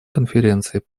конференции